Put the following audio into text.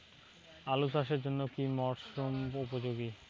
আলু চাষের জন্য কি মরসুম উপযোগী?